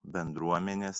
bendruomenės